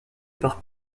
par